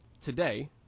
Today